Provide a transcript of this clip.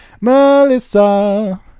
Melissa